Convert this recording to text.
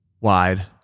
wide